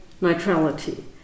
neutrality